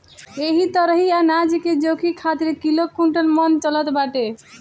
एही तरही अनाज के जोखे खातिर किलो, कुंटल, मन चलत बाटे